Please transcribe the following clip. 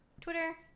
Twitter